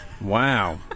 Wow